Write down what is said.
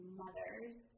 mothers